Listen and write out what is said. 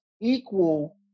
equal